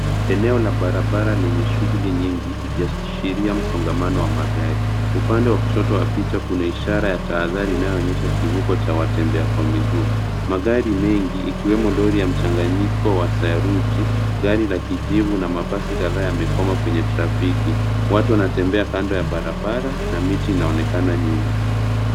Eneo la barabara lenye shughuli nyingi ikiashiria msongamano wa magari. Upande wa kushoto wa picha kuna ishara ya tahadhari inayoonesha kivuko cha watembea kwa miguu. Magari mengi yakiwemo lori ya mchanganyiko wa saruji , gari la kijivu na mabasi kadhaa yamekwama kwenye trafiki. Watu wanatembea kando ya barabara na miti inaonekana nyuma.